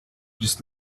just